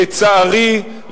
לצערי,